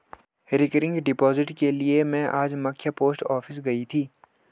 recurring deposit के लिए में आज मख्य पोस्ट ऑफिस गयी थी